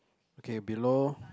okay below